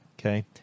Okay